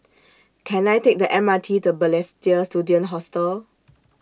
Can I Take The M R T to Balestier Student Hostel